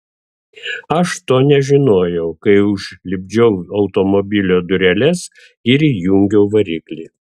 aš to nežinojau kai užlipdžiau automobilio dureles ir įjungiau variklį